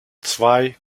zwei